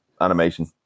animation